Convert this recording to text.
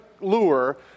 lure